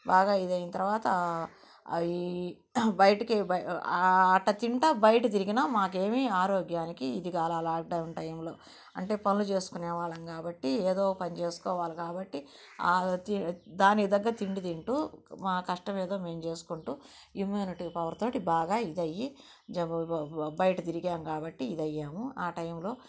బాగా ఇదైనా తరువాత అవి బయటికి అట్ల తింటూ బయట తిరిగిన మాకేమి ఆరోగ్యానికి ఇది కాలే లాక్డౌన్ టైంలో అంటే పనులు చేసుకునేవాళ్ళము కాబట్టి ఏదో ఒక పని చేసుకోవాలి కాబట్టి దానికి తగ్గ తిండి తింటూ మా కష్టం ఏదో మేము చేసుకుంటూ ఇమ్యూనిటీ పవర్తోటి బాగా ఇది అయ్యి బయట తిరిగాము కాబట్టి ఇది అయ్యాము ఆ టైంలో